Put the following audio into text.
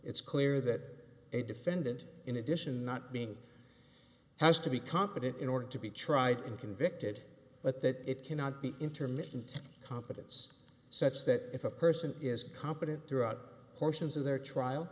it's clear that a defendant in addition not being has to be competent in order to be tried and convicted but that it cannot be intermittent competence such that if a person is competent throughout portions of their trial